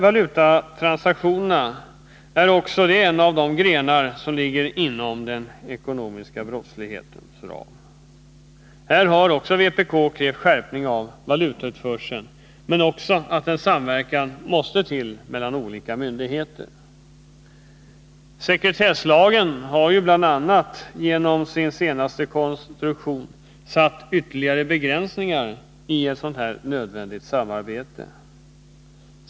Valutatransaktionerna är också en av de grenar som ligger inom den ekonomiska brottslighetens ram. Nu har vpk krävt skärpning av valutautförseln men också anfört att en samverkan måste till mellan olika myndigheter. Sekretesslagen har bl.a. genom sin senaste konstruktion satt ytterligare begränsningar för ett sådant nödvändigt samarbete.